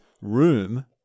room